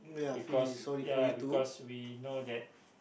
because ya because we know that